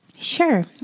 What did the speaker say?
Sure